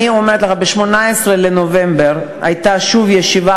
אני אומרת לך: ב-18 בנובמבר הייתה שוב ישיבה,